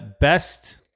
best